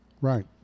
Right